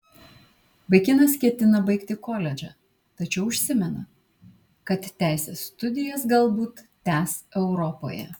vaikinas ketina baigti koledžą tačiau užsimena kad teisės studijas galbūt tęs europoje